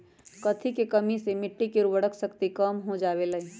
कथी के कमी से मिट्टी के उर्वरक शक्ति कम हो जावेलाई?